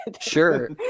Sure